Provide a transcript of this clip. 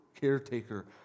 caretaker